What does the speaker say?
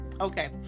Okay